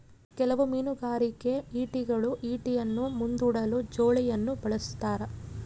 ಕೆಲವು ಮೀನುಗಾರಿಕೆ ಈಟಿಗಳು ಈಟಿಯನ್ನು ಮುಂದೂಡಲು ಜೋಲಿಯನ್ನು ಬಳಸ್ತಾರ